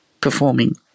performing